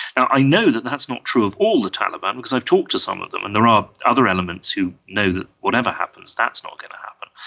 i know that that's not true of all the taliban because i've talked to some of them and there are other elements who know that whatever happens, that's not going to happen,